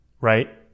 Right